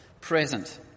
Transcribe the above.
present